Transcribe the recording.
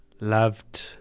loved